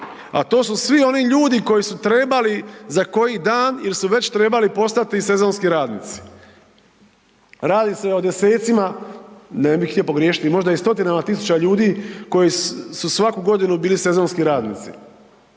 a to su svi oni ljudi koji su trebali za koji dan il su već trebali postati sezonski radnici. Radi se o desecima, ne bih htio pogriješiti, možda i stotinama tisuća ljudi koji su svaku godinu bili sezonski radnici.